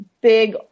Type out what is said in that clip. big